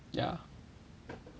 ya